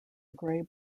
grey